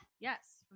Yes